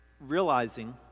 realizing